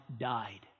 died